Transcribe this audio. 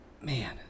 man